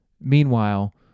Meanwhile